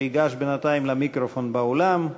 שייגש בינתיים למיקרופון באולם.